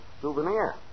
souvenir